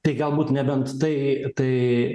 tai galbūt nebent tai tai